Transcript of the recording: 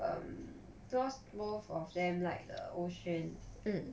um because both of them like the 欧萱